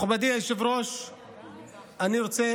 מכובדי היושב-ראש ניסים,